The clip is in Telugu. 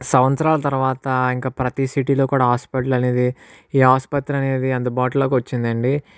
సంవత్సరాల తరువాత ఇంక ప్రతి సిటీలో కూడా హాస్పిటల్ అనేది ఈ ఆసుపత్రి అనేది అందుబాటులోకి వచ్చింది అండి